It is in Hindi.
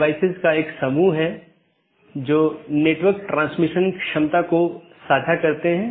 विशेषता का संयोजन सर्वोत्तम पथ का चयन करने के लिए उपयोग किया जाता है